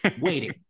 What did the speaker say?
Waiting